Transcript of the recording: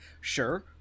sure